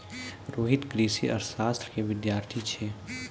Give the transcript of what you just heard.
रोहित कृषि अर्थशास्त्रो के विद्यार्थी छै